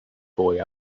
boy